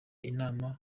inama